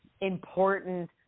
important